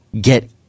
get